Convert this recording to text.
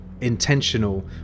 intentional